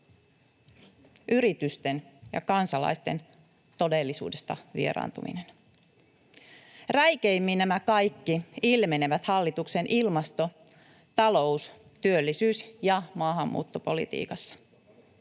yritysten ja kansalaisten todellisuudesta vieraantuminen. Räikeimmin nämä kaikki ilmenevät hallituksen ilmasto-, talous-, työllisyys- ja maahanmuuttopolitiikassa.